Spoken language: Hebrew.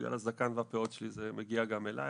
בגלל הזקן והפאות שלי זה מגיע גם אליי,